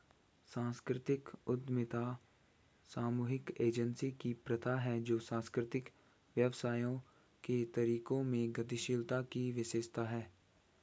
सांस्कृतिक उद्यमिता सामूहिक एजेंसी की प्रथा है जो सांस्कृतिक व्यवसायों के तरीकों में गतिशीलता की विशेषता है